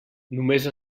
només